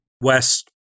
West